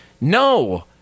No